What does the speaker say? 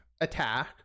attack